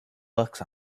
bucks